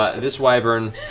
ah this wyvern,